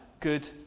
good